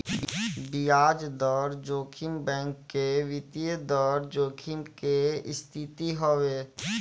बियाज दर जोखिम बैंक के वित्तीय दर जोखिम के स्थिति हवे